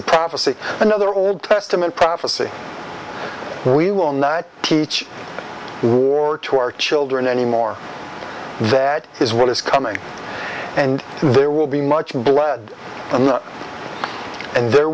a prophecy another old testament prophecy we will not teach war to our children anymore that is what is coming and there will be much blood and there